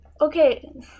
Okay